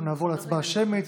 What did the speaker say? אנחנו נעבור להצבעה שמית.